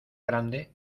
grande